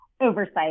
oversight